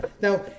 Now